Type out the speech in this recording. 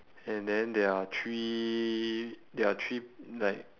and then there are three there are three like